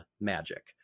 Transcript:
Magic